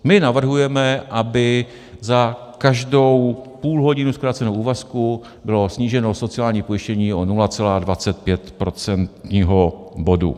My navrhujeme, aby za každou půlhodinu zkráceného úvazku bylo sníženo sociální pojištění o 0,25 procentního bodu.